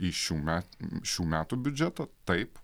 į šių met šių metų biudžetą taip